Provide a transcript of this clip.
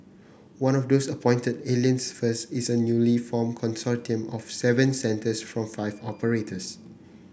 one of those appointed Alliance First is a newly formed consortium of seven centres from five operators